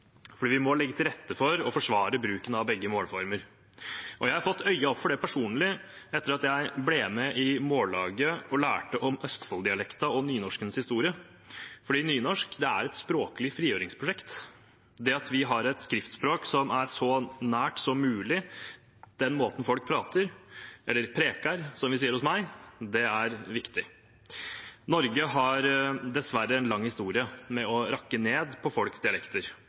Vi må legge til rette for og forsvare bruken av begge målformer. Jeg har fått øynene opp for det personlig etter at jeg ble med i Mållaget og lærte om østfolddialekten og nynorskens historie. Nynorsk er et språklig frigjøringsprosjekt. Det at vi har et skriftspråk som er så nært som mulig den måten folk prater – eller «prekær», som vi sier hos meg – er viktig. Norge har dessverre en lang historie med å rakke ned på folks dialekter.